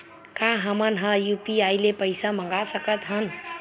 का हमन ह यू.पी.आई ले पईसा मंगा सकत हन?